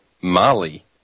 Mali